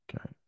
okay